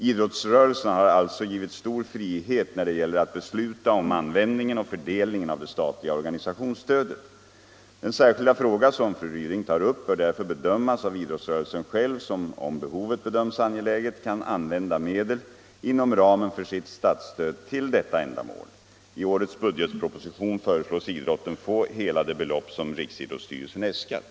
Idrottsrörelsen har alltså givits stor frihet när det gäller att besluta om Den särskilda fråga som fru Ryding tar upp bör därför bedömas av idrottsrörelsen själv, som om behovet bedöms angeläget kan använda medel inom ramen för sitt statsstöd till detta ändamål. I årets budgetproposition föreslås idrotten få hela det belopp som riksidrottsstyrelsen äskat.